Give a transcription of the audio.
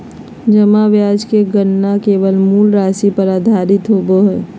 जमा ब्याज के गणना केवल मूल राशि पर आधारित होबो हइ